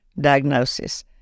diagnosis